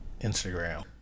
Instagram